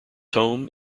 home